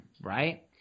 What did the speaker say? right